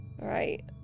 Right